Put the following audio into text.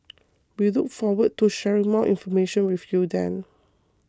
we look forward to sharing more information with you then